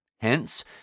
Hence